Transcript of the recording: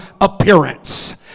appearance